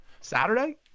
Saturday